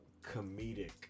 comedic